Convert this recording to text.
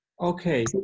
Okay